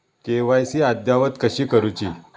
KYC अद्ययावत कशी करुची?